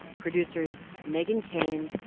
producers meghan keane,